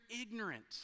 ignorant